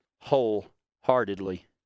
wholeheartedly